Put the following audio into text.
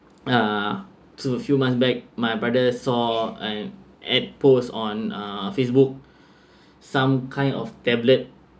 ya to a few months back my brother saw an added post on uh facebook some kind of tablet